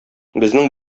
безнең